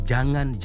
Jangan